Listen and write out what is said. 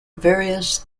various